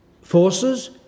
forces